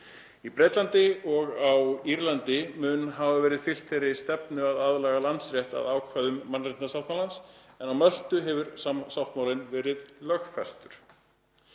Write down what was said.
Í Bretlandi og á Írlandi mun hafa verið fylgt þeirri stefnu að aðlaga landsrétt að ákvæðum mannréttindasáttmálans, en á Möltu hefur sáttmálinn verið lögfestur.“